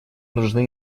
нужны